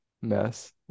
mess